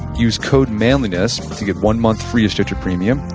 use code manliness to get one month free to stitcher premium.